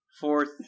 Fourth